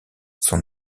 sont